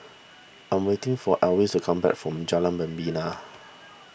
I am waiting for Elvis to come back from Jalan Membina